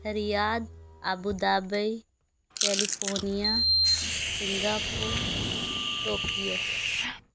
Riyadh Abu Dhabi California Singapore Tokyo